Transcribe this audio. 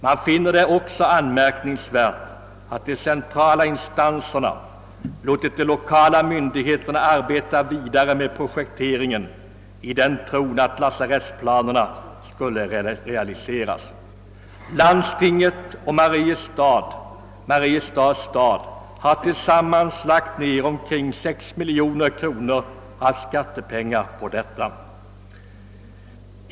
Man finner det också anmärkningsvärt att de centrala instanserna låtit de lokala myndigheterna arbeta vidare med projekteringen i tron att lasarettsplanerna skulle realiseras. Landstinget och Mariestads stad har tillsammans lagt ned 6 miljoner kronor av skattepengar på detta.